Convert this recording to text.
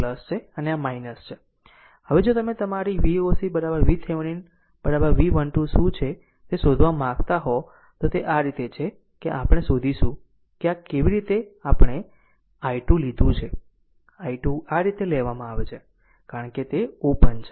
હવે જો તમે તમારી Voc VThevenin V 1 2 શું છે તે શોધવા માંગતા હો તો તે આ રીતે છે કે આપણે શોધીશું કે આ રીતે આપણે i2 લીધું છે i2 આ રીતે લેવામાં આવે છે કારણ કે તે ઓપન છે